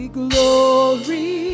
glory